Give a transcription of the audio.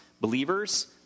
believers